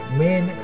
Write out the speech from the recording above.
main